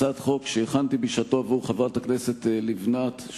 הצעת חוק שהכנתי בשעתו עבור חברת הכנסת לבנת,